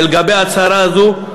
שלגבי ההצהרה הזו,